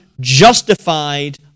justified